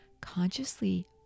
consciously